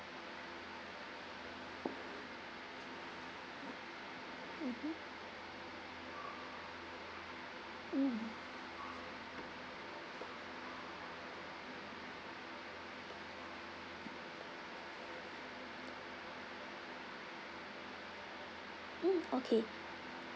mmhmm mm mm okay